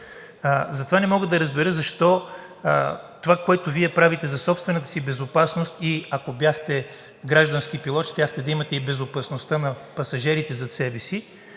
Затова не мога да разбера защо това, което Вие правите за собствената си безопасност, а ако бяхте граждански пилот, щяхте да имате и безопасността на пасажерите зад себе си